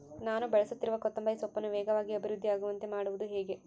ನಾನು ಬೆಳೆಸುತ್ತಿರುವ ಕೊತ್ತಂಬರಿ ಸೊಪ್ಪನ್ನು ವೇಗವಾಗಿ ಅಭಿವೃದ್ಧಿ ಆಗುವಂತೆ ಮಾಡುವುದು ಹೇಗೆ?